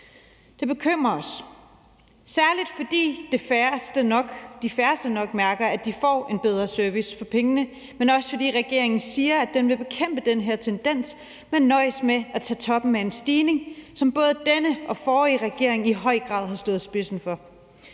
Det bekymrer os, særlig fordi de færreste nok mærker, at de får en bedre service for pengene, men også, fordi regeringen siger, at den vil bekæmpe den her tendens, men nøjes med at tage toppen af en stigning, som både denne og den forrige regering i høj grad har stået i spidsen for.